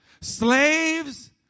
Slaves